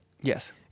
Yes